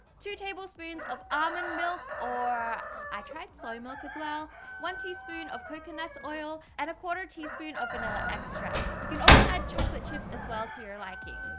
two tablespoons of almond milk or i tried soy milk as well one teaspoon of coconut oil and a quarter teaspoon of vanilla extract you can also add chocolate chips as well to your liking